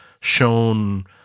shown